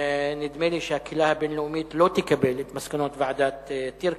נדמה לי שהקהילה הבין-לאומית לא תקבל את מסקנות ועדת-טירקל,